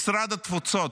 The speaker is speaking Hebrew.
משרד התפוצות,